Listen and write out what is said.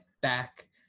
back